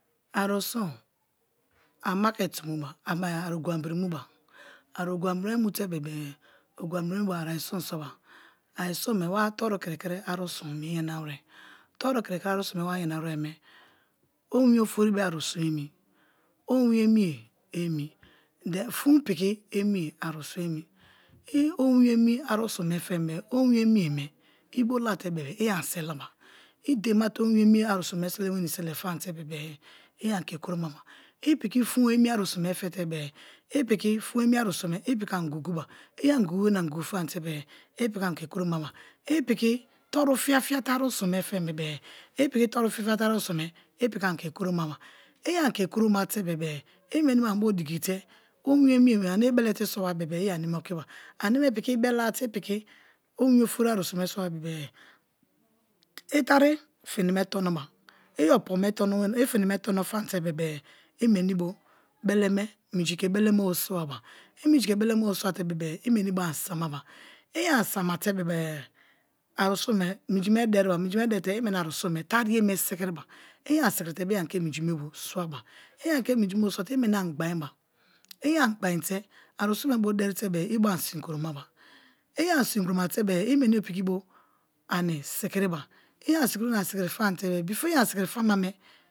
Anisun ai market muba a ogan biri muba a oganbirime mute be-e oganbiri me bo arusun soba, arusume wa turu kiri-kui arusum mie yanawere, owin ofori be arusum emi owin oni ye me i bo larte be-e i ani seleba i arusuno me sele wenii sele famate i ani ke kurome ba, i piki fun emi arusum me pete bebe-e i piki fun emi arusum me ami guguba, i ani gugu na ani gugu famate i piki ani ke kuromaba, i piki toru fiafia were arusum me fembebe-e, i piki toru fiafia te arusume i piki ani ke kuromaba, i ami ke kuroma te bebe-e i aneme okiba meme piki ibelara te owin ofori arusum me soba-i bebe i teri fini me tonoba, i opo me tono wenii i fini me tono famte bebe-e i meni bo beleme, bo swaba; i minji ke beleme bo swate-e i meni bo ani swaba. i ani samate bebe-e arusum me minji me deri wa minji me deri te i meni arusun me teriye me sikiri ba, i ani sikiri te meni piki ke minji me bo swaba i minji me bo swate-e i piki ani gbaniba i ani gbainte arusun me bo deri tere i bo ani sin kuromaba i ani sin okromate bebere i meni bo piki bo ani sikiriba i ani sikiriba i ani sikiri fam te bebe, before i ani fama.